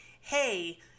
hey